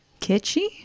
kitschy